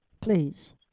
Please